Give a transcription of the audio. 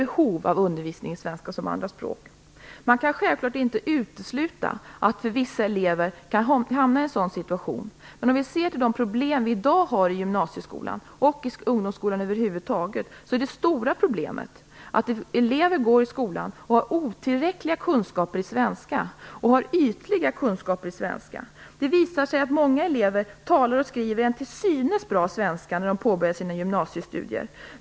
Det är detta som ligger bakom Beatrice Asks fråga. Man kan självfallet inte utesluta att vissa elever kan hamna i en sådan situation. Men om vi ser till de problem som vi i dag har i gymnasieskolan och i ungdomsskolan över huvud taget är det stora problemet att elever går i skolan och har otillräckliga och ytliga kunskaper i svenska. Det visar sig att många elever talar och skriver en till synes bra svenska när de påbörjar sina gymnasiestudier.